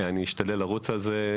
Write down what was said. אני אשתדל לרוץ על זה.